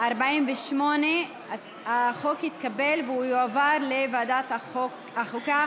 48. החוק התקבל והוא יועבר לוועדת החוקה,